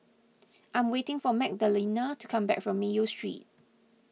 I am waiting for Magdalena to come back from Mayo Street